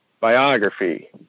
biography